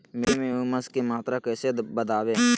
मिट्टी में ऊमस की मात्रा कैसे बदाबे?